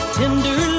tender